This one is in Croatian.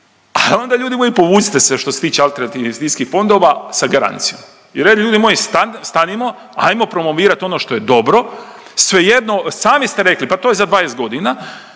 al onda ljudi moji povucite se što se tiče alternativnih investicijskih fondova sa garancijom. I … ljudi moji stanimo ajmo promovirat ono što je dobro. Svejedno, sami ste rekli pa to je za 20 godina